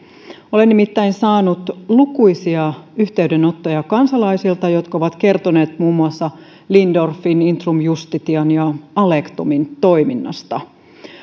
olen nimittäin saanut lukuisia yhteydenottoja kansalaisilta jotka ovat kertoneet muun muassa lindorffin intrum justitian ja alektumin toiminnasta